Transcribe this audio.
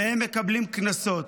-- והם מקבלים קנסות.